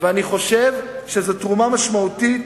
ואני חושב שזו תרומה משמעותית,